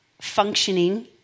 functioning